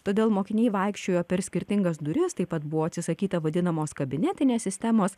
todėl mokiniai vaikščiojo per skirtingas duris taip pat buvo atsisakyta vadinamos kabinetinės sistemos